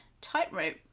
tightrope